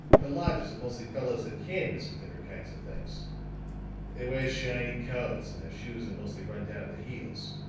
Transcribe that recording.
her lodgers are mostly fellows that canvass for different kinds of things they wear shiny coats and their shoes are mostly run down at the heels.